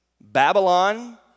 Babylon